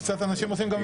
קצת, אנשים רוצים גם